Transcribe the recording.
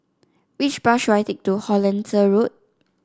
which bus should I take to Hollandse Road